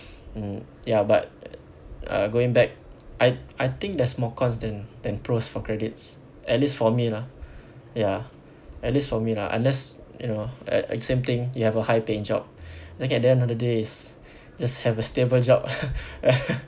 mm ya but uh going back I I think there's more cons than than pros for credits at least for me lah ya at least for me lah unless you know I I same thing you have a high paying job like at the end of the day is just have a stable job